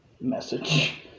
message